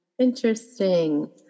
interesting